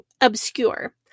obscure